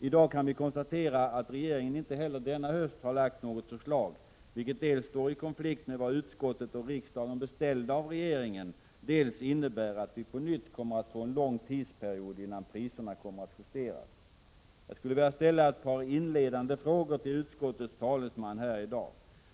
I dag kan vi konstatera att regeringen inte heller denna höst lagt fram något förslag, vilket dels står i konflikt med vad utskottet och riksdagen beställt av regeringen, dels innebär att vi på nytt kommer att få en lång tidsperiod innan priserna justeras. Jag skulle vilja ställa ett par inledande frågor till utskottets talesman här i dag.